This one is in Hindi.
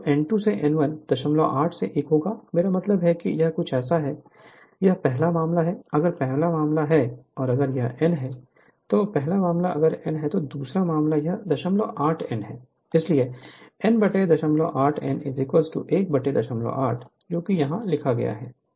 तो n2 से n1 08 से 1 होगा मेरा मतलब है कि यह कुछ ऐसा है यह पहला मामला है अगर पहला मामला है अगर यह n है पहला मामला अगर यह n है तो दूसरा मामला यह 08 n है इसलिए n 08 n 1 08 जो यहाँ लिखा गया है